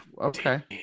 okay